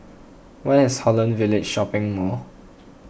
where is Holland Village Shopping Mall